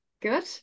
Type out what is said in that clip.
Good